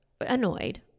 annoyed